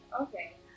Okay